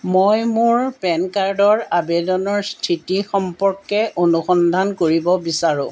মই মোৰ পেন কাৰ্ডৰ আবেদনৰ স্থিতি সম্পৰ্কে অনুসন্ধান কৰিব বিচাৰো